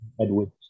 Edward